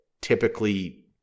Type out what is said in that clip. typically